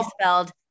spelled